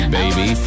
baby